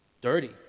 dirty